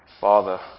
Father